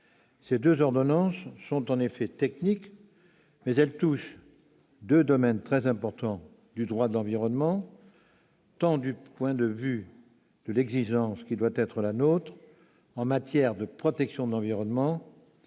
Ces deux ordonnances sont en effet techniques, mais elles touchent deux domaines très importants du droit de l'environnement, du point de vue tant de l'exigence qui doit être la nôtre en matière de protection de l'environnement,